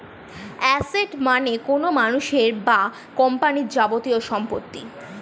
asset মানে কোনো মানুষ বা কোম্পানির যাবতীয় সম্পত্তি